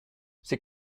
c’est